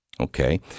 Okay